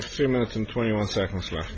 have three minutes and twenty one seconds left